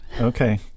Okay